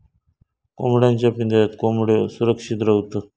कोंबड्यांच्या पिंजऱ्यात कोंबड्यो सुरक्षित रव्हतत